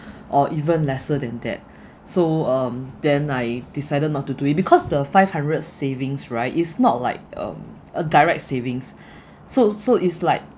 or even lesser than that so um then I decided not to do it because the five hundred savings right it's not like um a direct savings so so it's like